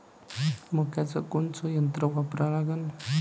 मक्याचं कोनचं यंत्र वापरा लागन?